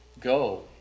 Go